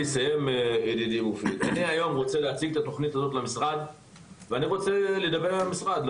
אני היום רוצה להציג את התוכנית הזאת למשרד ואני רוצה לדבר עם המשרד,